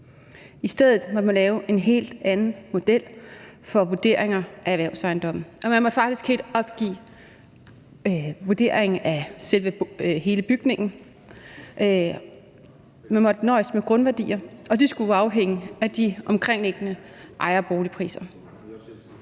I stedet måtte man lave en helt anden model for vurderinger af erhvervsejendomme, og man måtte faktisk helt opgive vurdering af hele bygningen. Man måtte nøjes med grundværdier, og det skulle afhænge af de omkringliggende ejerboligpriser.